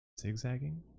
zigzagging